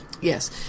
Yes